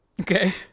Okay